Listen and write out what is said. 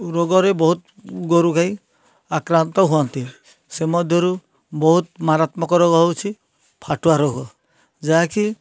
ରୋଗରେ ବହୁତ ଗୋରୁ ଗାଈ ଆକ୍ରାନ୍ତ ହୁଅନ୍ତି ସେ ମଧ୍ୟରୁ ବହୁତ ମାରାତ୍ମକ ରୋଗ ହେଉଛି ଫାଟୁଆ ରୋଗ ଯାହାକି